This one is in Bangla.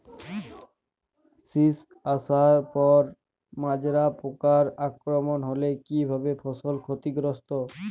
শীষ আসার পর মাজরা পোকার আক্রমণ হলে কী ভাবে ফসল ক্ষতিগ্রস্ত?